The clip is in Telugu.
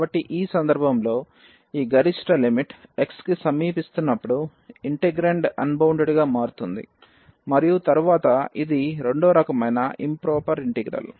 కాబట్టి ఈ సందర్భంలో ఈ గరిష్ట లిమిట్ x కి సమీపిస్తున్నప్పుడు ఇంటెగ్రాండ్ అన్బౌండెడ్ గా మారుతోంది మరియు తరువాత ఇది రెండవ రకమైన ఇంప్రొపెర్ ఇంటిగ్రల్